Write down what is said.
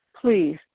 please